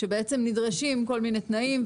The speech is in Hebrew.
שבעצם נדרשים כל מיני תנאים,